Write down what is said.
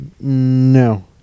No